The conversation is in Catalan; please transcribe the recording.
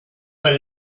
del